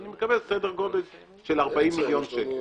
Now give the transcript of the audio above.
אני מקבל סדר גודל של 40 מיליון שקל.